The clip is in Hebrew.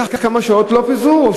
לקח כמה שעות, לא פיזרו.